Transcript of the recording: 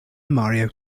mario